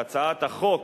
שהצעת החוק